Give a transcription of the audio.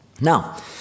Now